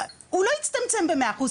הוא לא יצטמצם במאה אחוז.